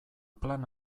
plan